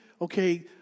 okay